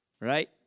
right